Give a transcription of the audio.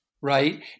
right